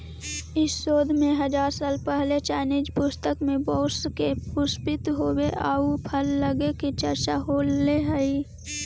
इस शोध में हजार साल पहिले चाइनीज पुस्तक में बाँस के पुष्पित होवे आउ फल लगे के चर्चा होले हइ